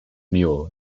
mule